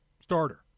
starter